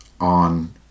on